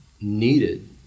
needed